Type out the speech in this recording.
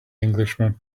englishman